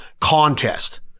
contest